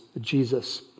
Jesus